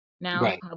now